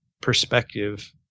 perspective